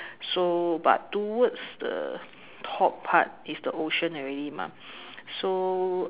so but towards the top part is the ocean already mah so